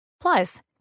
Plus